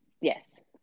yes